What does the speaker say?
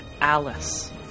Alice